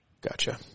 Gotcha